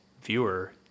viewer